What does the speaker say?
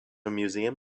museum